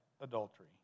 adultery